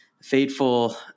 fateful